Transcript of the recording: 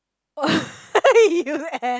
you eh